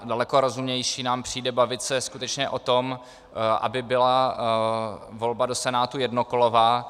Daleko rozumnější nám přijde bavit se skutečně o tom, aby byla volba do Senátu jednokolová.